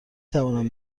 توانم